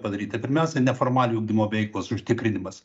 padaryti pirmiausia neformaliojo ugdymo veiklos užtikrinimas